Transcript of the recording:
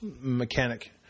mechanic